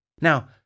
Now